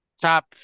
top